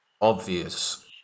obvious